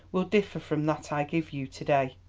will differ from that i give you to-day.